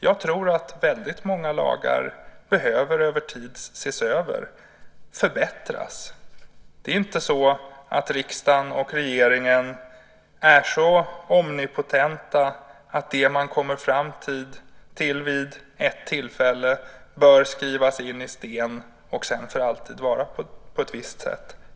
Jag tror att väldigt många lagar över tid behöver ses över och förbättras. Det är inte så att riksdagen och regeringen är så omnipotenta att det man kommer fram till vid ett tillfälle bör skrivas in i sten och sedan för alltid vara på ett visst sätt.